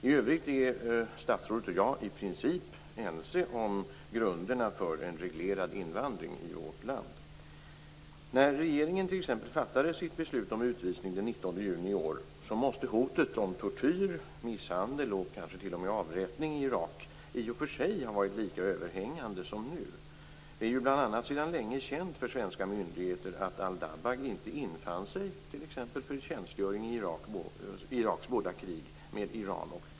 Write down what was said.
I övrigt är statsrådet och jag i princip ense om grunderna för en reglerad invandring i vårt land. När regeringen t.ex. fattade sitt beslut om utvisning den 19 juni i år måste hotet om tortyr, misshandel och kanske t.o.m. avrättning i Irak ha varit lika överhängande som nu. Det är bl.a. sedan länge känt för svenska myndigheter att Al-Dabbagh inte infann sig för t.ex.